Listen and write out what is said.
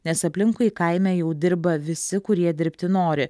nes aplinkui kaime jau dirba visi kurie dirbti nori